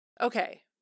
Okay